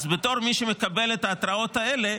אז בתור מי שמקבל את ההתרעות האלה,